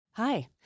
Hi